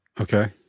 Okay